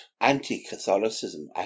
anti-Catholicism